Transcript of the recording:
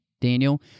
Daniel